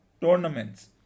tournaments